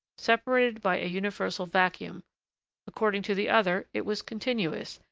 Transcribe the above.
separated by a universal vacuum according to the other, it was continuous,